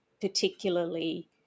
particularly